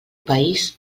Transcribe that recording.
país